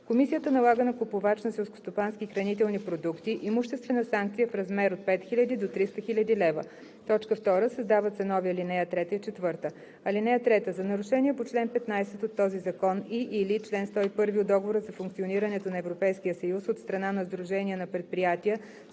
комисията налага на купувач на селскостопански и хранителни продукти имуществена санкция в размер от 5000 до 300 000 лв.“ 2. Създават се нови ал. 3 и 4: „(3) За нарушение по чл. 15 от този закон и/или чл. 101 от Договора за функционирането на Европейския съюз от страна на сдружение на предприятия,